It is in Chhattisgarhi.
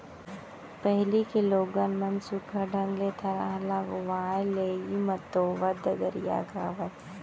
पहिली के लोगन मन सुग्घर ढंग ले थरहा लगावय, लेइ मतोवत ददरिया गावयँ